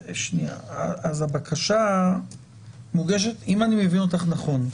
אם אני מבין אותך נכון,